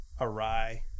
awry